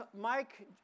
Mike